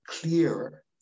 clearer